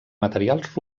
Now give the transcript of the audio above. materials